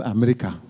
America